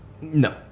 no